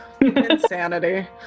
Insanity